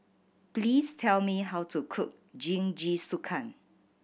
please tell me how to cook Jingisukan